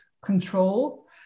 control